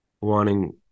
wanting